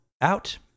out